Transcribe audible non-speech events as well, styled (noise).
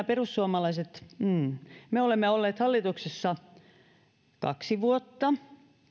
(unintelligible) perussuomalaiset olemme olleet hallituksessa kaksi vuotta